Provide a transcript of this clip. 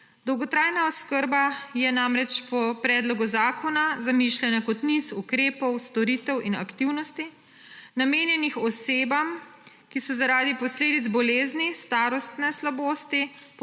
Dolgotrajna oskrba je namreč po predlogu zakona zamišljena kot niz ukrepov, storitev in aktivnosti, namenjenih osebam, ki so zaradi posledic bolezni, starostne slabosti,